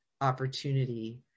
opportunity